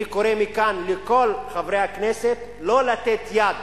אני קורא מכאן לכל חברי הכנסת לא לתת יד